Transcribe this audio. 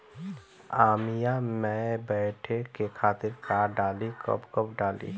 आमिया मैं बढ़े के खातिर का डाली कब कब डाली?